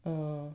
mm